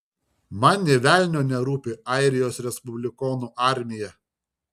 man nė velnio nerūpi airijos respublikonų armija